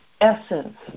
essence